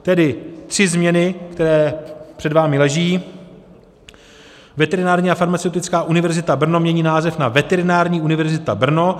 Tedy tři změny, které před vámi leží: Veterinární a farmaceutická univerzita Brno mění název na Veterinární univerzita Brno.